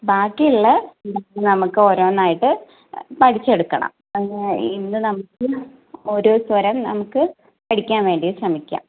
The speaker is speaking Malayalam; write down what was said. ബാക്കി ഉള്ള ഇത് നമുക്ക് ഓരോന്നായിട്ട് പഠിച്ചെടുക്കണം അതിന് ഇന്ന് നമുക്ക് ഓരോ സ്വരം നമുക്ക് പഠിക്കാൻ വേണ്ടി ശ്രമിക്കാം